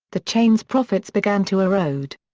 the chains' profits began to erode.